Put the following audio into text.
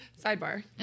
Sidebar